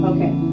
Okay